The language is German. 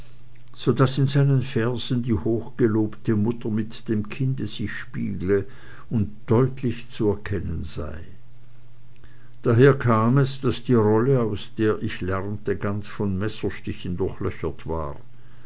so daß in seinen versen die hochgelobte mutter mit dem kinde sich spiegle und deutlich zu erkennen sei daher kam es daß die rolle aus der ich lernte ganz von messerstichen durchlöchert war